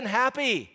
happy